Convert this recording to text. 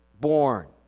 born